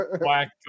Black